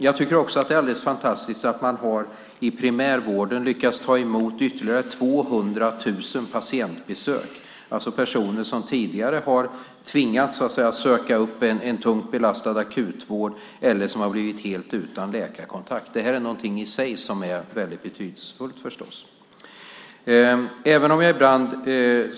Jag tycker också att det är alldeles fantastiskt att man i primärvården har lyckats ta emot ytterligare 200 000 patientbesök. Det handlar om personer som tidigare har tvingats söka upp en tungt belastad akutvård eller som har blivit helt utan läkarkontakt. Det är något som i sig är väldigt betydelsefullt.